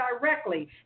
directly